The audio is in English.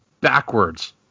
backwards